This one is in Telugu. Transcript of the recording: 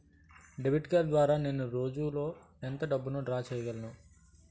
డెబిట్ కార్డ్ ద్వారా నేను రోజు లో ఎంత డబ్బును డ్రా చేయగలను?